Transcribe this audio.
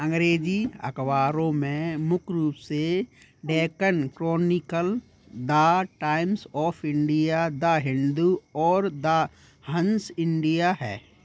अंग्रेजी अखबारों में मुख्य रूप से Deccan Chronicle the Times of India the Hindu और द हंस इंडिया है